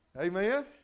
Amen